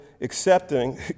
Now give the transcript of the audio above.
accepting